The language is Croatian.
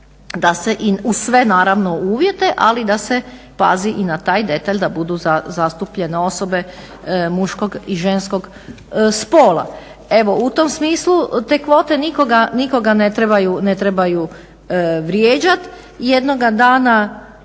uz sve naravno uvjete, ali da se pazi i na taj detalj da budu zastupljene osobe muškog i ženskog spola. Evo, u tom smislu te kvote nikoga ne trebaju vrijeđati. Jednoga dana